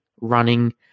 running